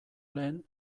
lehen